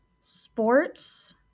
sports